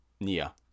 nia